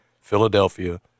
Philadelphia